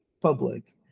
public